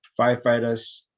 firefighters